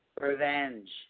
Revenge